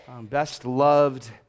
best-loved